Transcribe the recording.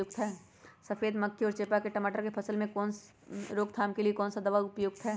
सफेद मक्खी व चेपा की टमाटर की फसल में रोकथाम के लिए कौन सा दवा उपयुक्त है?